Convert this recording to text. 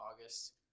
August